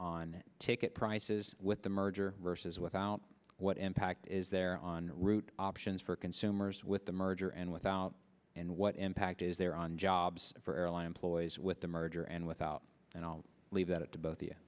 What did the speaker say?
on ticket prices with the merger versus without what impact is there on route options for consumers with the merger and without and what impact is there on jobs for airline employees with the merger and without and i'll leave that to both